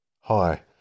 Hi